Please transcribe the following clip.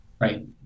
Right